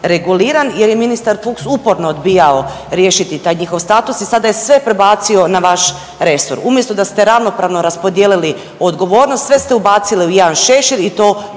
reguliran jer je ministar Fuchs uporno odbijao riješiti taj njihov status i sada je sve prebacio na vaš resor umjesto da ste ravnopravno raspodijelili odgovornost, sve ste ubacili u jedan šešir i to